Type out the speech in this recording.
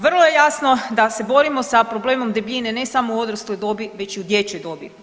Vrlo je jasno da se borimo sa problemom debljine ne samo u odrasloj dobi, već i u dječjoj dobi.